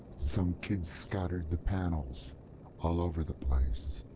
some kids scattered the panels all over the place.